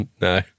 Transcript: No